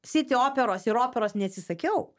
city operos ir operos neatsisakiau